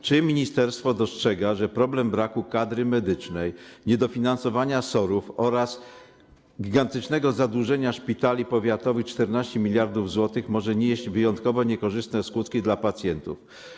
Czy ministerstwo dostrzega, że problem braku kadry medycznej, niedofinansowania SOR-ów oraz gigantycznego zadłużenia szpitali powiatowych, chodzi o 14 mld zł, może nieść wyjątkowo niekorzystne skutki dla pacjentów?